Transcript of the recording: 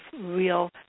real